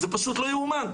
זה פשוט לא יאומן.